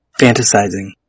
fantasizing